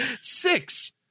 Six